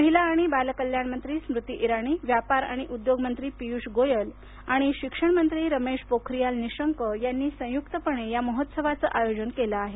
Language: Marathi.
महिला आणि बालकल्याण मंत्री स्मृती इराणी व्यापार आणि उद्योग मंत्री पियूष गोयल आणि शिक्षण मंत्री रमेश पोखरियाल निशंक यांनी संयुक्तपणे या महोत्सवाचं आयोजन केलं आहे